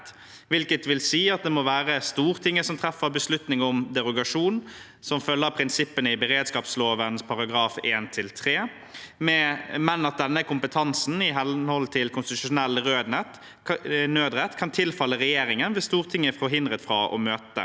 vil si at det må være Stortinget som treffer beslutning om derogasjon som følge av prinsippene i beredskapsloven §§ 1–3, men at denne kompetansen i henhold til konstitusjonell nødrett kan tilfalle regjeringen hvis Stortinget er forhindret fra å møte,